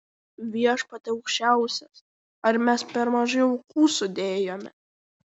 viešpatie aukščiausias ar mes dar mažai aukų sudėjome